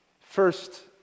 first